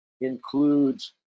includes